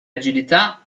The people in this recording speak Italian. agilità